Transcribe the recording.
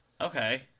Okay